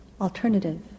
Alternative